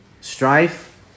strife